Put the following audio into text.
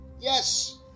Yes